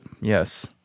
Yes